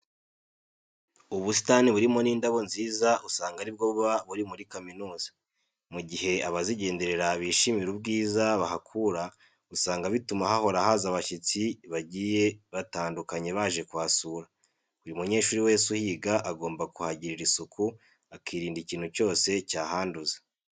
Ubusitani burimo n'indabo nziza usanga ari bwo buba buri muri kaminuza. Mu gihe abazigenderera bishimira ubwiza bahakura usanga bituma hahora haza abashyitsi bagiye batandukanye baje kuhasura. Buri munyeshuri wese uhiga agomba kuhagirira isuku akirinda ikintu cyose cyahanduza.